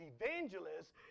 evangelists